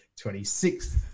26th